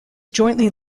jointly